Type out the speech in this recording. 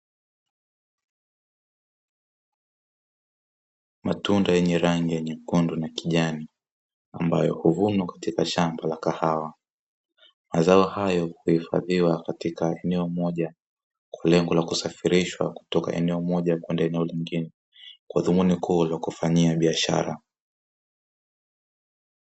Matunda yenye rangi nyekundu na kijani ambayo huvunwa katika shamba ya kahawa, mazao hayo huhifadhiwa katika eneo moja kwa lengo la kusafirishwa kutoka eneo moja kwenda lingine kwa dhumuni kuu la kufanyia biashara.